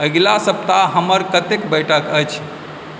अगिला सप्ताह हमर कतेक बैठक अछि